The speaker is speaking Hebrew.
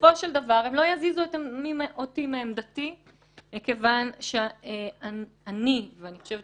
ובסופו של דבר הם לא יזיזו אותי מעמדתי מכיוון שאני ואני חושבת